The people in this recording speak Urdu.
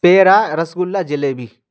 پیڑا رس گلہ جلیبی